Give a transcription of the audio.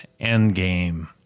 Endgame